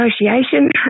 negotiation